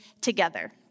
together